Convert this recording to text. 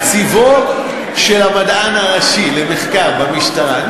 תקציבו של המדען הראשי במשטרה.